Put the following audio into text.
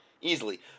easily